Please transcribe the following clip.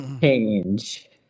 change